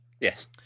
Yes